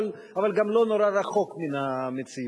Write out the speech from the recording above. אבל גם לא נורא רחוק מן המציאות.